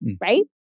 Right